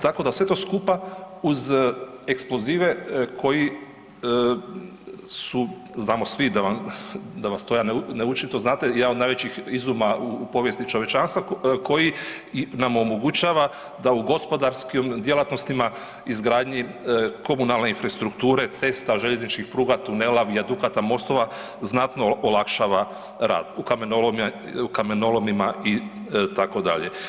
Tako da sve to skupa uz eksplozive koji su, znamo svi da vas to ja ne učim, to znate, jedan od najvećih izuma u povijesti čovječanstva koji nam omogućava da u gospodarskim djelatnostima, izgradnji komunalne infrastrukture, cesta, željezničkih pruga, tunela, vijadukata, mostova, znatno olakšava rad, u kamenolomima itd.